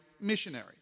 missionary